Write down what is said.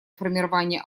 формирование